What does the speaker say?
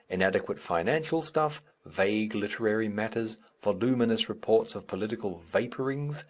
inadequate financial stuff, vague literary matter, voluminous reports of political vapourings,